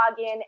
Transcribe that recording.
login